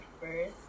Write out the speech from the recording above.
first